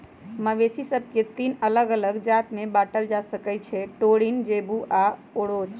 मवेशि सभके तीन अल्लग अल्लग जात में बांटल जा सकइ छै टोरिन, जेबू आऽ ओरोच